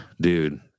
dude